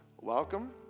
welcome